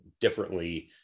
differently